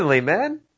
man